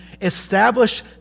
establish